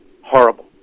horrible